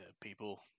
people